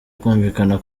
kumvikana